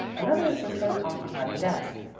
another assistant occupied the desk.